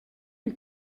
lui